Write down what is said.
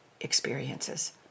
experiences